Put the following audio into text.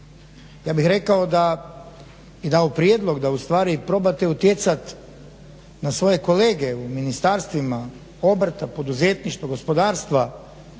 Ja bih rekao i dao prijedlog da ustvari probate utjecati na svoje kolege u ministarstvima obrta, poduzetništva, gospodarstva